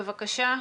בבקשה.